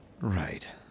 Right